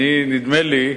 נדמה לי,